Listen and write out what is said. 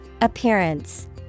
Appearance